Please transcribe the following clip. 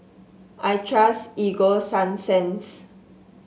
I trust Ego Sunsense